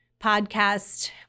podcast